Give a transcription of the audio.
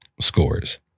scores